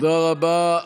תודה רבה.